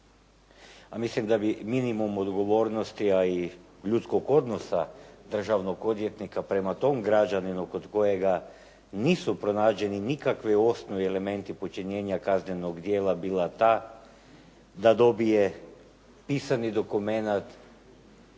a mislim da bi minimum odgovornosti, a i ljudskog odnosa državnog odvjetnika prema tom građaninu kod kojega nisu pronađeni nikakvi osnovni elementi počinjenja kaznenog djela bila ta da dobije pisani dokumenata